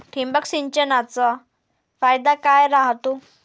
ठिबक सिंचनचा फायदा काय राह्यतो?